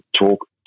talk